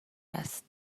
است